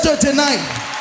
tonight